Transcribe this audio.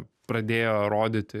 pradėjo rodyti